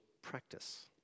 practice